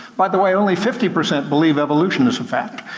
by the way, only fifty percent believe evolution is a fact.